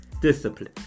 Discipline